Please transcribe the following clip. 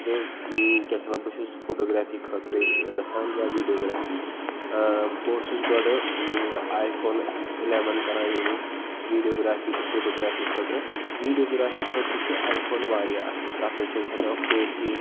تہٕ کیٛاہ چھِ اَتھ وَنان بہٕ چھُس فوٗٹوٗگرٛافی خٲطرٕ گژھان یا ویٖڈیوگرٛافی ٲں بہٕ اوٗسُس گۄڈٕ آی فوٗن اِلیٚوَن کَران یوٗز ویٖڈیوگرٛافی تہٕ فوٗٹوٗگرٛافی خٲطرٕ ویٖڈیوگرٛافی خٲطرٕ چھِ آی فوٗن واریاہ اصٕل تَتھ منٛز چھِ أسۍ ہیٚکان فور کے